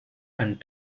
and